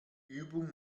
übung